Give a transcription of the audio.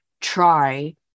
Try